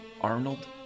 arnold